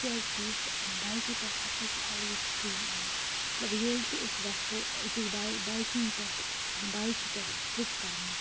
تِکیازِِکہِ یُس بایکہِ پٮ۪ٹھ اَتھ پٮ۪ٹھ چھِ اَلگٕے سکوٗن یِوان مطلب ییٚلہِ تہِ أسۍ ٮ۪ژھو أکِس بایکِنٛگ پٮ۪ٹھ بایکہِ پٮ۪ٹھ ٹٕرپ کَرنَس